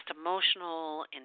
emotional